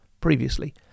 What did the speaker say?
previously